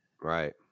Right